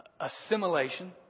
assimilation